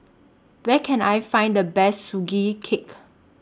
Where Can I Find The Best Sugee Cake